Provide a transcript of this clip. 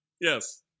Yes